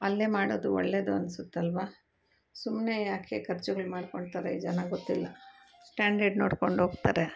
ಅಲ್ಲೆ ಮಾಡೋದು ಒಳ್ಳೆದು ಅನಿಸುತ್ತಲ್ವ ಸುಮ್ಮನೆ ಯಾಕೆ ಖರ್ಚುಗಳು ಮಾಡ್ಕೊತಾರೆ ಜನ ಗೊತ್ತಿಲ್ಲ ಸ್ಟ್ಯಾಂಡರ್ಡ್ ನೋಡ್ಕೊಂಡು ಹೋಗ್ತಾರೆ